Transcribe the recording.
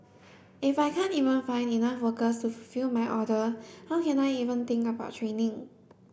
if I can't even find enough workers to fulfil my order how can I even think about training